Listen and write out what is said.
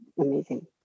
amazing